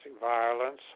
violence